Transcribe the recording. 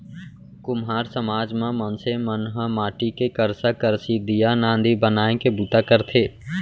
कुम्हार समाज म मनसे मन ह माटी के करसा, करसी, दीया, नांदी बनाए के बूता करथे